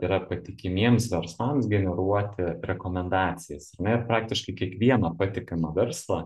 yra patikimiems verslams generuoti rekomendacijas ar ne praktiškai kiekvieną patikimą verslą